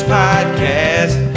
podcast